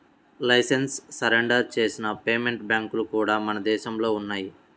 licence surrender చేసిన payment బ్యాంక్లు కూడా మన దేశంలో ఉన్నయ్యి